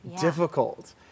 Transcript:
difficult